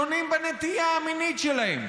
שונים בנטייה המינית שלהם,